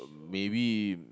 maybe